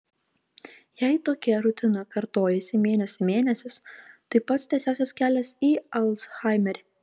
jei tokia rutina kartojasi mėnesių mėnesius tai pats tiesiausias kelias į alzhaimerį